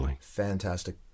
fantastic